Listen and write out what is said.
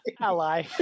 Ally